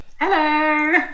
Hello